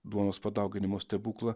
duonos padauginimo stebuklą